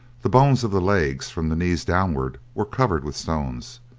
the bones of the legs from the knees downward were covered with stones.